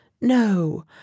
No